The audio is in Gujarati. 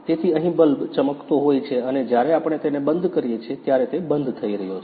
તેથી અહીં બલ્બ ચમકતો હોય છે અને જ્યારે આપણે તેને બંધ કરીએ છીએ ત્યારે તે બંધ થઈ રહ્યો છે